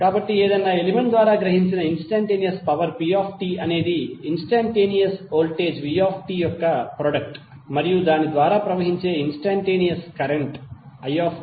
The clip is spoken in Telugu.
కాబట్టి ఏదైనా ఎలిమెంట్ ద్వారా గ్రహించిన ఇన్స్టంటేనియస్ పవర్ pt అనేది ఇన్స్టంటేనియస్ వోల్టేజ్ vt యొక్క ప్రాడక్ట్ మరియు దాని ద్వారా ప్రవహించే ఇన్స్టంటేనియస్ కరెంట్ it